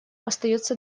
остается